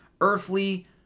earthly